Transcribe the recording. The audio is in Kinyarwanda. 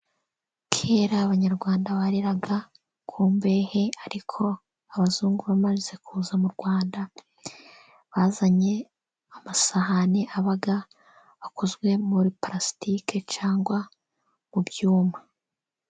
Kera, Abanyarwanda bariraga ku mbehe ariko abazungu bamaze kuza mu Rwanda bazanye amasahani aba akozwe muri palasitike cyangwa mu byuma.